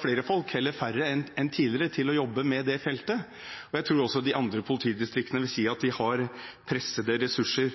flere folk, heller færre enn tidligere, til å jobbe med dette feltet. Jeg tror også de andre politidistriktene vil si at de har pressede ressurser.